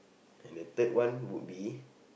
and the third one would be